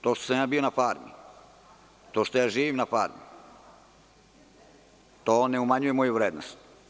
To što sam ja bio na „Farmi“, to što živim na farmi, to ne umanjuje moju vrednost.